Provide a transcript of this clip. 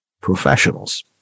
professionals